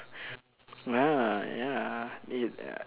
uh ya it uh